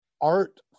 art